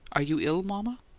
are you ill, mama?